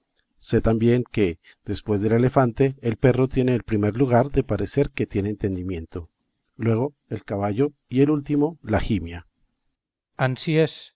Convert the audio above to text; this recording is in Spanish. sé también que después del elefante el perro tiene el primer lugar de parecer que tiene entendimiento luego el caballo y el último la jimia